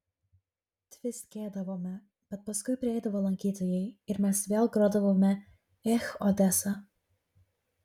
tviskėdavome bet paskui prieidavo lankytojai ir mes vėl grodavome ech odesa